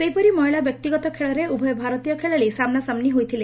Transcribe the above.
ସେହିପରି ମହିଳା ବ୍ୟକ୍ତିଗତ ଖେଳରେ ଉଭୟ ଭାରତୀୟ ଖେଳାଳି ସାମ୍ନାସାମ୍ନି ହୋଇଥିଲେ